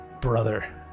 brother